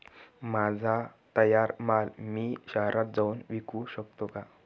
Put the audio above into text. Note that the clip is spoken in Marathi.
माझा तयार माल मी शहरात जाऊन विकू शकतो का?